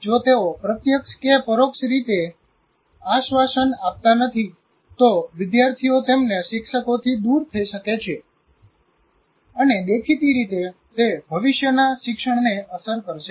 જો તેઓ પ્રત્યક્ષ કે પરોક્ષ રીતે આશ્વાસન આપતા નથી તો વિદ્યાર્થીઓ તેમના શિક્ષકોથી દૂર થઈ શકે છે અને દેખીતી રીતે તે ભવિષ્યના શિક્ષણને અસર કરશે